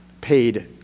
paid